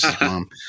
mom